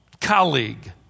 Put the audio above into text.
colleague